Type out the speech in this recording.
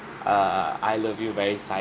err I love you very silently